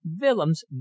willems